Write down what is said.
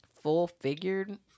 Full-Figured